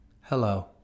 hello